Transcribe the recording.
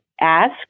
ask